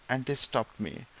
and they stopped me,